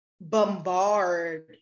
bombard